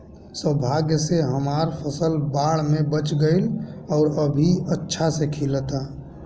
सौभाग्य से हमर फसल बाढ़ में बच गइल आउर अभी अच्छा से खिलता